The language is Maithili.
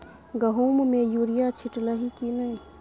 गहुम मे युरिया छीटलही की नै?